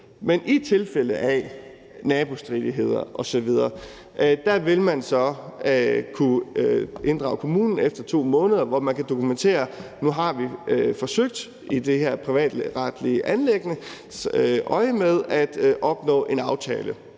men i tilfælde af nabostridigheder osv. vil man så kunne inddrage kommunen efter 2 måneder, hvor man kan dokumentere, at nu har vi forsøgt i det her privatretlige anliggende at opnå en aftale.